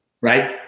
Right